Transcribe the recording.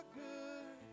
good